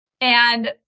And-